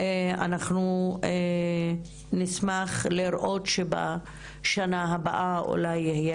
אנחנו נשמח לראות שבשנה הבאה אולי תהיה